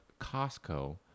Costco